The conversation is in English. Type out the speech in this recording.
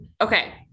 okay